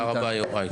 תודה רבה, יוראי.